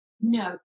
No